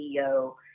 CEO